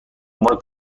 عنوان